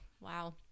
wow